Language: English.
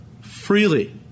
Freely